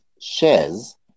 shares